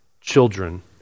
children